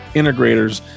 integrators